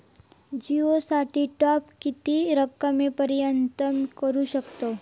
जिओ साठी टॉप किती रकमेपर्यंत करू शकतव?